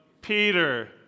Peter